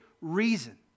reason